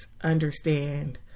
understand